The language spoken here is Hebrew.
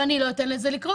ואני לא אתן לזה לקרות.